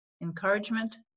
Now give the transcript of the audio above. encouragement